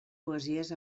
poesies